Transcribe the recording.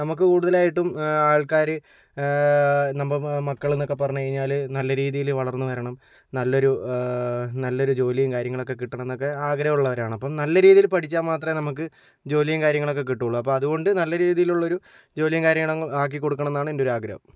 നമുക്ക് കൂടുതലായിട്ടും ആൾക്കാർ നമ്മ മക്കൾ എന്നൊക്കെ പറഞ്ഞു കഴിഞ്ഞാൽ നല്ല രീതിയിൽ വളർന്ന് വരണം നല്ലൊരു നല്ലൊരു ജോലിയും കാര്യങ്ങളൊക്കെ കിട്ടണം എന്നൊക്കെ ആഗ്രഹമുള്ളവരാണ് അപ്പോ നല്ല രീതീല് പഠിച്ചാൽ മാത്രമേ നമുക്ക് ജോലിയും കാര്യങ്ങളൊക്കെ കിട്ടുള്ളൂ അപ്പോ അതുകൊണ്ട് നല്ല രീതിയിലുള്ള ഒരു ജോലിയും കാര്യങ്ങളും ആക്കി കൊടുക്കണം എന്നാണ് എന്റെ ഒരാഗ്രഹം